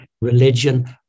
religion